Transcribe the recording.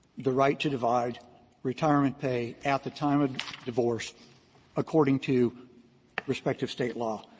the right to divide retirement pay at the time of divorce according to respective state law,